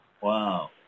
Wow